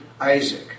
Isaac